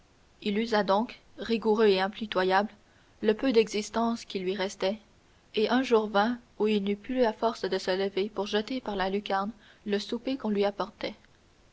il usa donc rigoureux et impitoyable le peu d'existence qui lui restait et un jour vint où il n'eut plus la force de se lever pour jeter par la lucarne le souper qu'on lui apportait